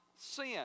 sin